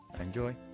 Enjoy